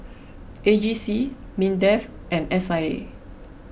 A G C Mindef and S I A